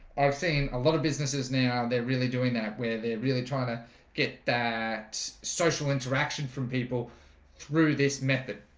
i've seen a lot of businesses now they're really doing that where they're really trying to get that social interaction from people through this method.